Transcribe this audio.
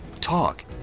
Talk